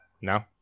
No